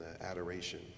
adoration